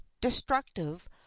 destructive